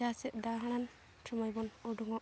ᱡᱟᱦᱟᱸ ᱥᱮᱫ ᱫᱟᱬᱟᱱ ᱥᱚᱢᱚᱭ ᱵᱚᱱ ᱩᱰᱩᱝᱚᱜ